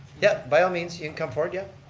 yeah, by all means, you can come forward. yeah